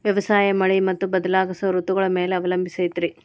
ವ್ಯವಸಾಯ ಮಳಿ ಮತ್ತು ಬದಲಾಗೋ ಋತುಗಳ ಮ್ಯಾಲೆ ಅವಲಂಬಿಸೈತ್ರಿ